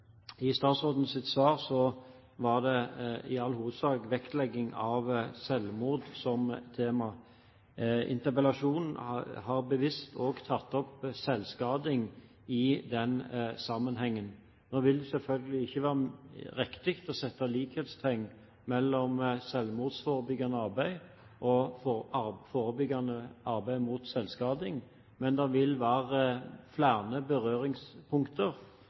i statsrådens svar var det i all hovedsak vektlegging av selvmord som var tema. Interpellasjonen har bevisst også tatt opp selvskading i den sammenhengen. Nå vil det selvfølgelig ikke være riktig å sette likhetstegn mellom selvmordsforebyggende arbeid og forebyggende arbeid mot selvskading, men det vil være flere berøringspunkter.